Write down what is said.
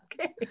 okay